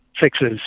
fixes